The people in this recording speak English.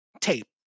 tape